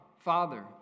Father